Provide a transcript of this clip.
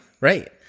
right